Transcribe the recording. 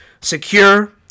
Secure